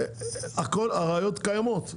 הראיות קיימות.